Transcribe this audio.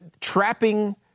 Trapping